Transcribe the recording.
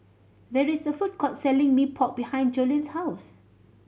there is a food court selling Mee Pok behind Jolene's house